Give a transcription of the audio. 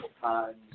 times